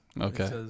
Okay